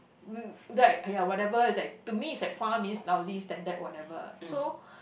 we like !aiya! whatever is like to me is like far means lousy standard whatever so